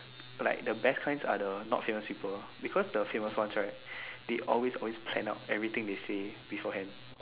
like the best kinds are the not famous people because the famous ones right they always always plan out everything they say before hand